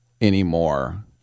anymore